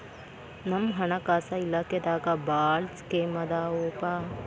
ನಮ್ ಹಣಕಾಸ ಇಲಾಖೆದಾಗ ಭಾಳ್ ಸ್ಕೇಮ್ ಆದಾವೊಪಾ